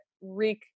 wreak